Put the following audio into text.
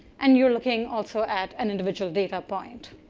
and you're looking, also, at an individual data point